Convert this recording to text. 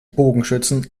bogenschützen